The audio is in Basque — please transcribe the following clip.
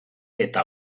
eta